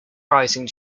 writing